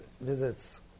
visits